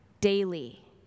Daily